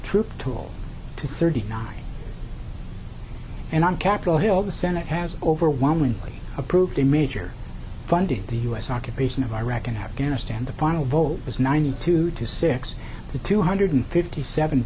troop tool to thirty nine and on capitol hill the senate has overwhelmingly approved a major funding the us occupation of iraq and afghanistan the final vote was ninety two to six the two hundred fifty seven